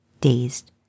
dazed